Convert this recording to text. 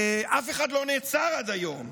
אבל אף אחד לא נעצר עד היום.